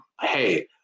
Hey